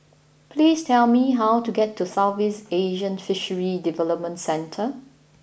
please tell me how to get to Southeast Asian Fisheries Development Centre